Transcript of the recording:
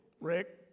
Rick